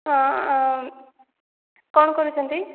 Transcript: ହଁ କ'ଣ କରୁଛନ୍ତି